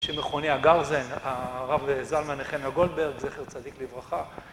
שמכונה הגרז"ן, הרב זלמן נחמיה גולדברג, זכר צדיק לברכה.